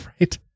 right